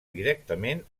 directament